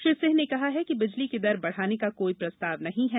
श्री सिंह ने कहा है कि बिजली की दर बढ़ाने का कोई प्रस्ताव नहीं है